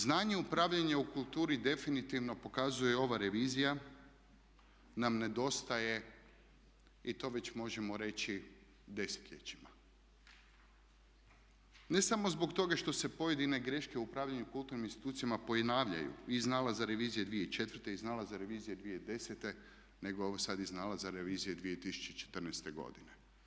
Znanje upravljanja u kulturi definitivno pokazuje ova revizija nam nedostaje i to već možemo reći desetljećima, ne samo zbog toga što se pojedine greške u upravljanju kulturnim institucijama ponavljaju iz nalaza revizije 2004., iz nalaza revizije 2010. nego i sad iz nalaza revizije 2014. godine.